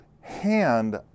hand